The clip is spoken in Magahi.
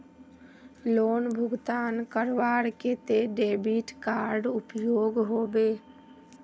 लोन भुगतान करवार केते डेबिट कार्ड उपयोग होबे?